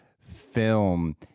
film